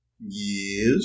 yes